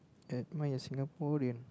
am I a Singaporean